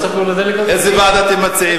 איזו ועדה אתם מציעים?